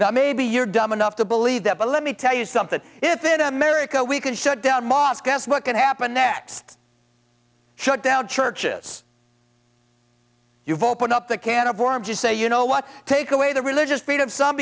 now maybe you're dumb enough to believe that but let me tell you something if in america we can shut down mosque guess what can happen next shut down churches you've opened up the can of worms you say you know what take away the religious freedom some